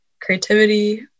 creativity